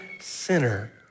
sinner